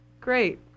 Great